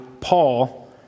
Paul